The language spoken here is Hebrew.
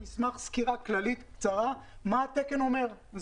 מסמך סקירה כללית קצרה מה התקן אומר;